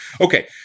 okay